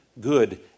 good